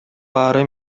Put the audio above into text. баары